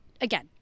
again